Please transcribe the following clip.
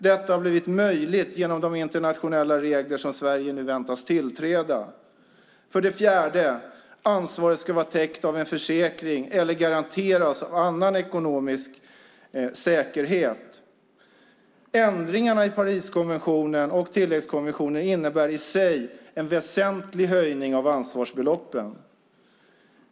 Detta har blivit möjligt genom de internationella regler som Sverige nu väntas tillträda. För det fjärde: Ansvaret ska vara täckt av en försäkring eller garanteras av annan ekonomisk säkerhet. Ändringarna i Pariskonventionen och tilläggskonventionen innebär i sig en väsentlig höjning av ansvarsbeloppen.